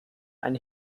ein